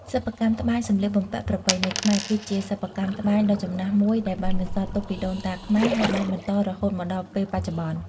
សិប្បកម្មត្បាញសម្លៀកបំពាក់ប្រពៃណីខ្មែរ គឺជាសិប្បកម្មត្បាញដ៏ចំណាស់មួយដែលបានបន្សល់ទុកពីដូនតាខ្មែរ ហើយបានបន្តរហូតមកដល់ពេលបច្ចុប្បន្ន។